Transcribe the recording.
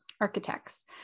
architects